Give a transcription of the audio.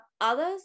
others